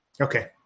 Okay